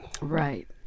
Right